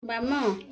ବାମ